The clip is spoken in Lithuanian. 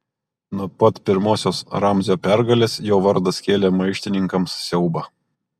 nuo pat pirmosios ramzio pergalės jo vardas kėlė maištininkams siaubą